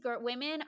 women